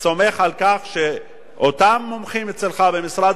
סומך על כך שאותם מומחים אצלך במשרד